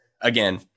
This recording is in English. again